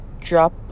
drop